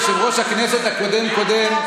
יושב-ראש הכנסת הקודם-קודם,